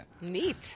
Neat